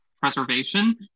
preservation